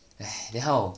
then how